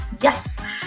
yes